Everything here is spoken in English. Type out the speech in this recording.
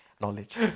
Knowledge